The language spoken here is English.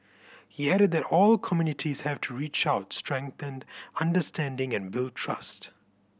he added that all communities have to reach out strengthen understanding and build trust